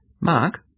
Mark